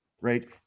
Right